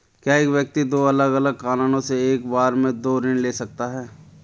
क्या एक व्यक्ति दो अलग अलग कारणों से एक बार में दो ऋण ले सकता है?